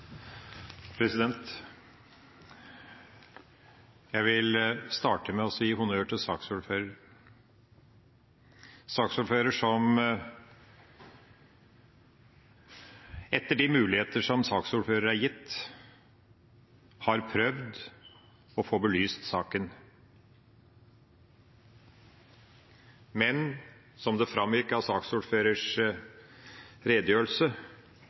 Jeg vil starte med å gi honnør til saksordføreren – saksordføreren som etter de muligheter som saksordføreren er gitt, har prøvd å få belyst saken. Men det framgikk av saksordførerens redegjørelse